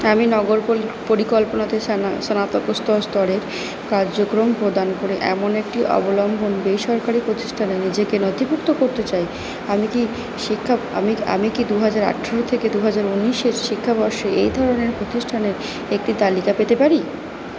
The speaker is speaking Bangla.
আমি নগর পরিকল্পনাতে স্নাতকোত্তর স্তরের কার্যক্রম প্রদান করে এমন একটি অবলম্বন বেসরকারি প্রতিষ্ঠানে নিজেকে নথিভুক্ত করতে চাই আমি কি শিক্ষা আমি আমি কি দুহাজার আঠেরো থেকে দুহাজার ঊনিশের শিক্ষাবর্ষে এই ধরনের প্রতিষ্ঠানের একটি তালিকা পেতে পারি